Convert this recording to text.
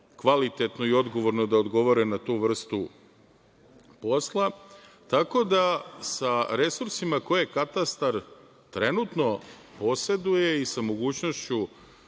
kvalitetno i odgovorno da odgovore na tu vrstu posla. Tako da sa resursima koje je katastar trenutno poseduje i sa mogućnošću